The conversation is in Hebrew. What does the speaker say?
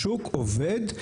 השוק עובד,